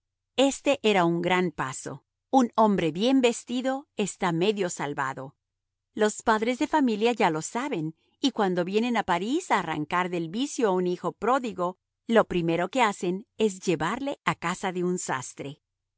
este era un gran paso un hombre bien vestido está medio salvado los padres de familia ya lo saben y cuando vienen a parís a arrancar del vicio a un hijo pródigo lo primero que hacen es llevarle a casa de un sastre